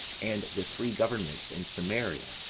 and the three governments, and samaria,